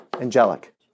Angelic